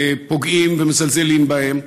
פוגעים ומזלזלים בהם.